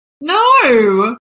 No